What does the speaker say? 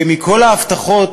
מכל ההבטחות